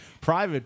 private